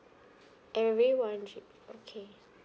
every one G_B okay